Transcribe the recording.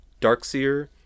Darkseer